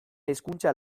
hezkuntza